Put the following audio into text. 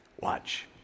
Watch